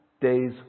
days